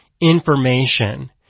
information